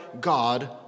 God